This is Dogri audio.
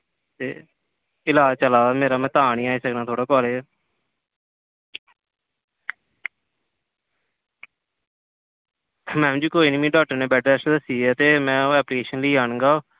ते इलाज़ चला दा मेरा में तां निं आई सकदा कालेज मैम जी कोई निं मिगी डाक्टर ने बैड रैस्ट दस्सी दी ते में ऐप्लिकेशन लेई आह्नगा